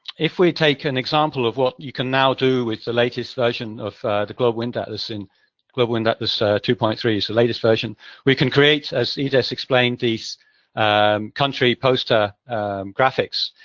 if we take an example of what you can now do with the latest version of the global wind atlas and global wind atlas two point three is the latest version we can create, as he just explained, these country poster graphics.